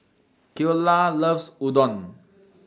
Cleola loves Udon